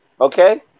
Okay